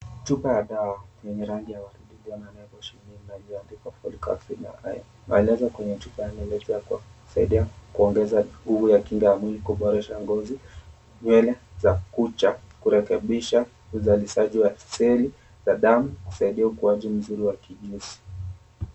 Chupa ya dawa yenye rangi ya waridi iliyo na nembo chini yaliyoandikwa, "Folic Acid and Iron." Maelezo kwenye chupa kusaidia kuongeza nguvu ya kinga ya mwili, kuboresha ngozi, nywele za kucha, kurekebisha uzalishaji wa seli za damu, kusaidia ukuaji mzuri wa kijinsi.